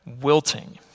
wilting